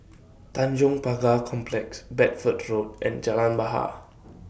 Tanjong Pagar Complex Bedford Road and Jalan Bahar